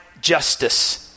justice